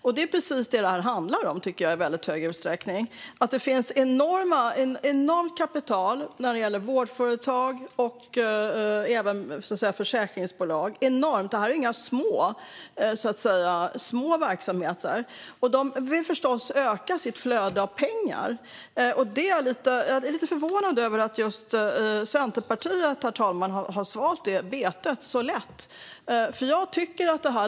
Det är i hög utsträckning vad det här handlar om, det vill säga att det finns ett enormt kapital när det gäller vårdföretag och försäkringsbolag. Det är inga små verksamheter, och de vill förstås öka sitt flöde av pengar. Jag är lite förvånad över att just Centerpartiet har svalt betet så lätt.